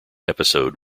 episode